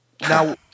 Now